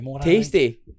tasty